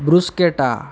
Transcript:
bruschetta